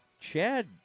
Chad